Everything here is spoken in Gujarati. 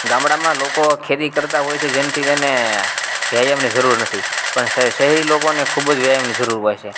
ગામડામાં લોકો ખેતી કરતાં હોય છે જેનાથી તેને વ્યાયામની જરૂર નથી પણ શહેરી લોકોને ખૂબ જ વ્યાયામની જરૂર હોય છે